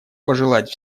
пожелать